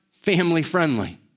family-friendly